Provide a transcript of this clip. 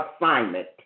assignment